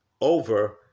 over